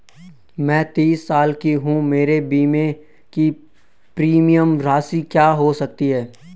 मैं तीस साल की हूँ मेरे बीमे की प्रीमियम राशि क्या हो सकती है?